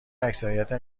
اکثریت